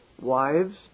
Wives